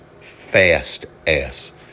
fast-ass